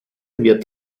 wird